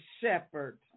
shepherd